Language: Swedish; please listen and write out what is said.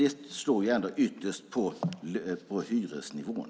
Det slår ändå ytterst på hyresnivån.